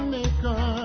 Maker